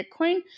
Bitcoin